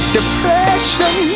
Depression